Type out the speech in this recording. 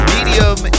Medium